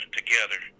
together